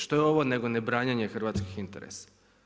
Što je ovo nego ne branjenje hrvatskih interesa?